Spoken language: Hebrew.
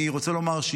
אני רוצה לומר,